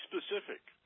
specific